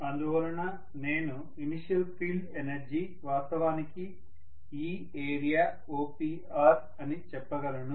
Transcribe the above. అందువలన నేను initial field energy వాస్తవానికి ఈ ఏరియా OPR అని చెప్పగలను